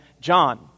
John